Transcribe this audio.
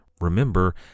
Remember